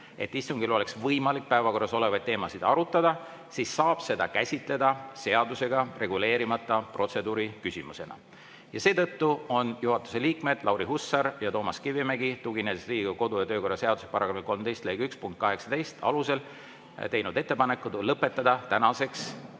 et istungil oleks võimalik päevakorras olevaid teemasid arutada, siis saab seda käsitleda seadusega reguleerimata protseduuriküsimusena. Seetõttu on juhatuse liikmed Lauri Hussar ja Toomas Kivimägi, tuginedes Riigikogu kodu‑ ja töökorra seaduse § 13 lõike 1 punktile 18, teinud ettepaneku lõpetada tänaseks